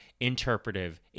interpretive